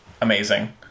amazing